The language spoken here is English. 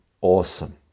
Awesome